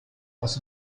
aus